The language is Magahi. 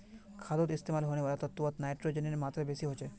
खादोत इस्तेमाल होने वाला तत्वोत नाइट्रोजनेर मात्रा बेसी होचे